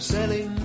Selling